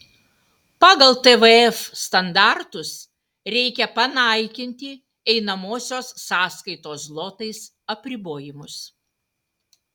pagal tvf standartus reikia panaikinti einamosios sąskaitos zlotais apribojimus